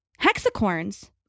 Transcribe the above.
Hexacorns